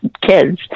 kids